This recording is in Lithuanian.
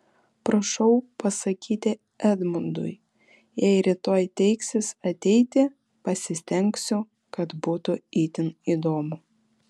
prašau pasakyti edmundui jei rytoj teiksis ateiti pasistengsiu kad būtų itin įdomu